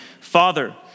Father